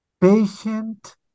patient